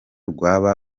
rwaba